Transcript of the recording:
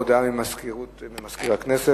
הודעה של מזכיר הכנסת.